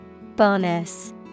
Bonus